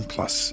Plus